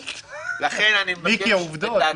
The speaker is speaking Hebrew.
מיקי, העובדות.